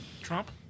Trump